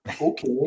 okay